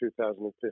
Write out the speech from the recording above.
2015